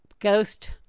ghost